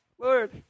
Lord